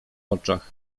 oczach